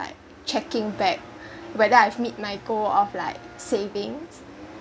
like checking back whether I meet my goals of like savings